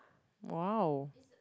!wow!